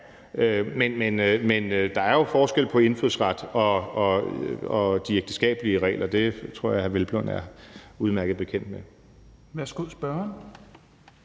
Men der er jo forskel på indfødsret og de ægteskabelige regler. Det tror jeg hr. Hvelplund er udmærket bekendt med.